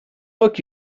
book